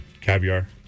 caviar